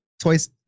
twice